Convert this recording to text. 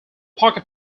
pocket